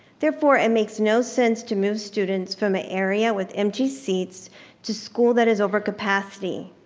therefore it makes no sense to move students from a area with empty seats to school that is over capacity.